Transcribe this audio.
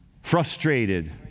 frustrated